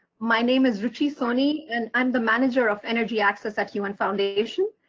my name is ruchi soni, and i'm the manager of energy access at un foundation.